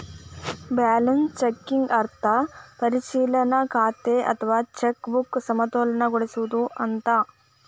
balance checking ಅರ್ಥ ಪರಿಶೇಲನಾ ಖಾತೆ ಅಥವಾ ಚೆಕ್ ಬುಕ್ನ ಸಮತೋಲನಗೊಳಿಸೋದು ಅಂತ